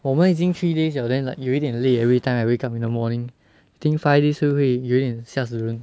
我们已经 three days 了 then like 有一点累 everytime I wake up in the morning I think five days 就会有点吓死人